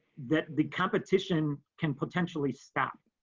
that the competition can potentially stop.